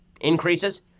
increases